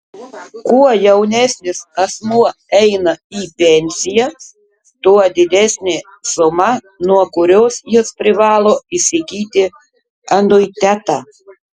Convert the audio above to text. kuo jaunesnis asmuo eina į pensiją tuo didesnė suma nuo kurios jis privalo įsigyti anuitetą